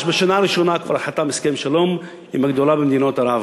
ממש בשנה הראשונה הוא כבר חתם על הסכם שלום עם הגדולה במדינות ערב.